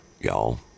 y'all